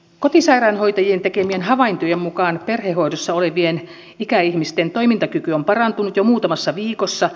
kotisairaanhoitajien tekemien havaintojen mukaan perhehoidossa olevien ikäihmisten toimintakyky on parantunut jo muutamassa viikossa